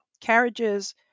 carriages